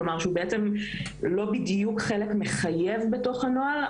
כלומר שהוא בעצם לא בדיוק חלק מחייב בתוך הנוהל,